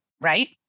right